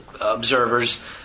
observers